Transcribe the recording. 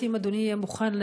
אם אדוני יהיה מוכן,